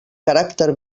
caràcter